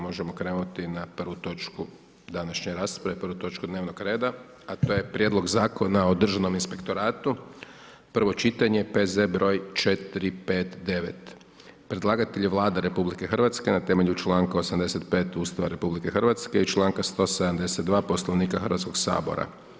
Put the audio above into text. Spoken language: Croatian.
Možemo krenuti na prvu točku današnje rasprave, prvu točku dnevnog reda, a to je - Prijedlog Zakona o državnom inspektoratu, prvo čitanje, P.Z. br. 459 Predlagatelj je Vlada RH na temelju članka 85 Ustava RH i članka 172 Poslovnika Hrvatskog sabora.